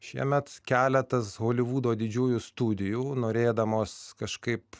šiemet keletas holivudo didžiųjų studijų norėdamos kažkaip